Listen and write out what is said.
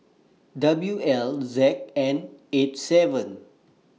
W L Z N eight seven